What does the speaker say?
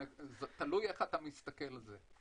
תלוי איך אתה מסתכל על זה.